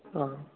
ஆ